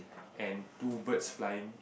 and two birds flying